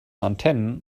antennen